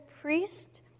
priest